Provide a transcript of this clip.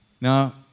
Now